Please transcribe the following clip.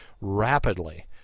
rapidly